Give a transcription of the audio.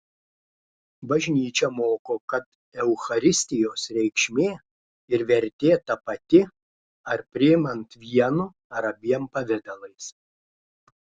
bažnyčia moko kad eucharistijos reikšmė ir vertė ta pati ar priimant vienu ar abiem pavidalais